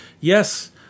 Yes